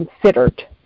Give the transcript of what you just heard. considered